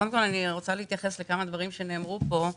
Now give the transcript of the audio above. קודם כול, אני רוצה להתייחס לכמה דברים שנאמרו פה.